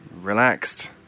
Relaxed